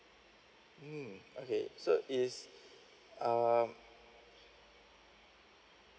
mm okay so is um